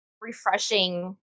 refreshing